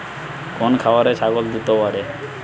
কোন খাওয়ারে ছাগল দ্রুত বাড়ে?